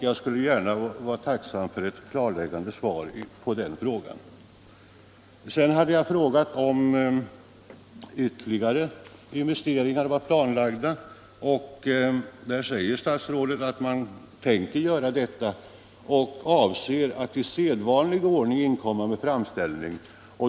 Jag skulle vara tacksam för ett klarläggande svar på den frågan. Sedan hade jag frågat om ytterligare investeringar var planlagda. Om det säger statsrådet att man tänker göra ytterligare investeringar och avser att i sedvanlig ordning inkomma med framställning.